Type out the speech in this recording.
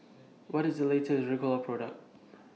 What IS The latest Ricola Product